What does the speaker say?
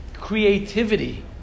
creativity